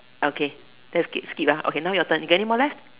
okay let's skip skip okay now your turn you got anymore left